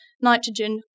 nitrogen